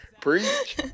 Preach